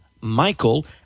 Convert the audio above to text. Michael